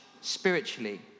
spiritually